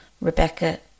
Rebecca